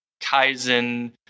Kaizen